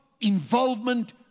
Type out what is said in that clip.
involvement